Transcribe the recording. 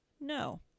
no